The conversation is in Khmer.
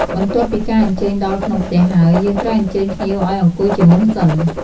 បន្ទាប់ពីការអញ្ចើញដល់ក្នុងផ្ទះហើយ យើងត្រូវអញ្ជើញភ្ញៀវអោយអង្គុយជាមុនសិន។